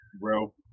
Bro